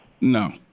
no